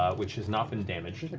ah which has not been damaged,